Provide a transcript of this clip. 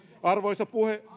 arvoisa